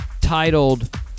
titled